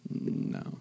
No